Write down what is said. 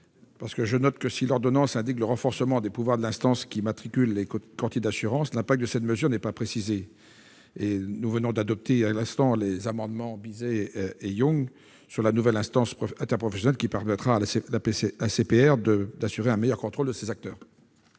spéciale ? Si l'ordonnance tend au renforcement des pouvoirs de l'instance qui immatricule les courtiers d'assurance, l'impact de cette mesure n'est pas précisé. En outre, nous venons d'adopter à l'instant les amendements identiques de MM. Bizet et Yung sur la nouvelle instance interprofessionnelle qui permettra à l'ACPR d'assurer un meilleur contrôle de ces acteurs.